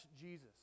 Jesus